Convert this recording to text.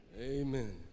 Amen